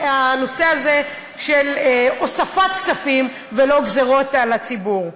הנושא הזה של הוספת כספים ולא גזירות על הציבור.